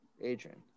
Adrian